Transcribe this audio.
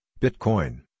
Bitcoin